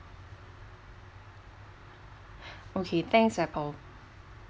okay thanks apple